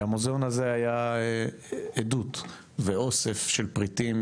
המוזיאון הזה היה עדות ואוסף של פריטים,